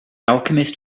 alchemist